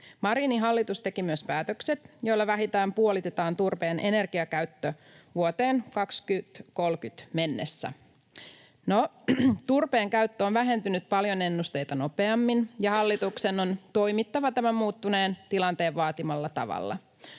Marinin hallitus teki myös päätökset, joilla vähintään puolitetaan turpeen energiakäyttö vuoteen 2030 mennessä. No, turpeen käyttö on vähentynyt paljon ennusteita nopeammin, ja hallituksen on toimittava tämän muuttuneen tilanteen vaatimalla tavalla.